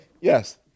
Yes